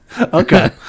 Okay